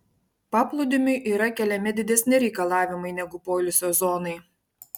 paplūdimiui yra keliami didesni reikalavimai negu poilsio zonai